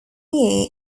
year